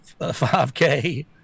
5k